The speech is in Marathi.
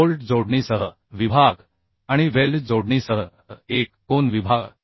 बोल्ट जोडणीसह विभाग आणि वेल्ड जोडणीसह एक कोन विभाग